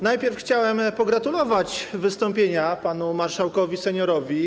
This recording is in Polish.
Najpierw chciałem pogratulować wystąpienia panu marszałkowi seniorowi.